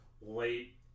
late